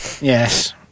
Yes